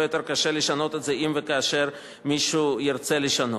יותר קשה לשנות את זה אם וכאשר מישהו ירצה לשנות.